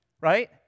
right